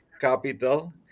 capital